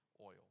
oil